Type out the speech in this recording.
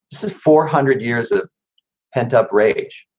this is four hundred years of pent up rage.